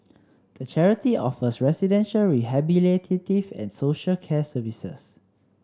the charity offers residential rehabilitative and social care services